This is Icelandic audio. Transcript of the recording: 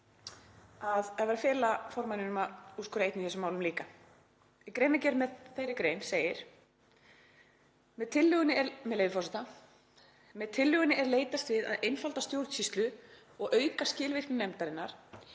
að fela formanninum að úrskurða einn í þessum málum líka. Í greinargerð með þeirri grein segir, með leyfi forseta: „Með tillögunni er leitast við að einfalda stjórnsýslu og auka skilvirkni nefndarinnar